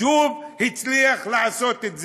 שוב הצליח לעשות את זה.